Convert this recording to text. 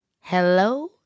Hello